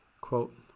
Quote